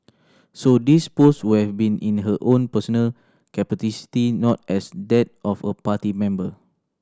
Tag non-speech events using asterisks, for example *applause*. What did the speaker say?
so these post we have been in her own personal *unintelligible* not as that of a party member